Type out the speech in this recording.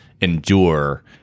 endure